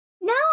No